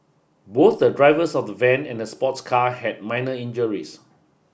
both the drivers of the van and the sports car had minor injuries